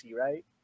right